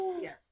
yes